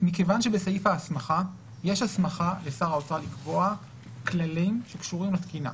מכיוון שבסעיף ההסמכה יש הסמכה לשר האוצר לקבוע כללים שקשורים לתקינה.